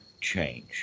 change